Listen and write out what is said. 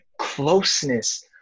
closeness